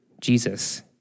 Jesus